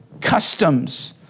customs